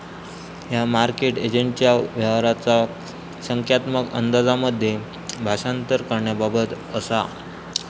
ह्या मार्केट एजंटच्या व्यवहाराचा संख्यात्मक अंदाजांमध्ये भाषांतर करण्याबाबत असा